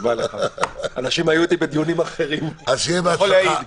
אנשים היו איתי בדיונים אחרים --- שיהיה לנו בהצלחה.